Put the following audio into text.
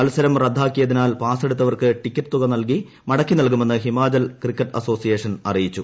മത്സരം റദ്ദാക്കിയതിനാൽ പാസെടുത്തവർക്ക് ടിക്കറ്റ് തുക മടക്കി നൽകുമെന്ന് ഹിമാചൽ ക്രിക്കറ്റ് അസോസിയേഷൻ അറിയിച്ചു